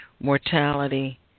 mortality